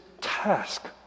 task